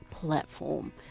platform